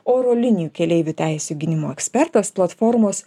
oro linijų keleivių teisių gynimo ekspertas platformos